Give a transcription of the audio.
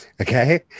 Okay